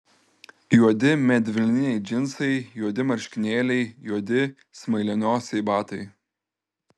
juodi medvilniniai džinsai juodi marškinėliai juodi smailianosiai batai